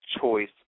choice